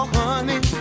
honey